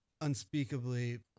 unspeakably